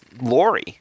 Lori